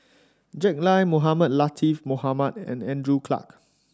Jack Lai Mohamed Latiff Mohamed and Andrew Clarke